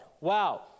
Wow